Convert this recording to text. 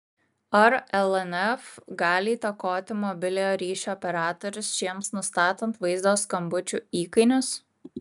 ar lnf gali įtakoti mobiliojo ryšio operatorius šiems nustatant vaizdo skambučių įkainius